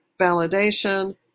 validation